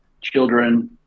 Children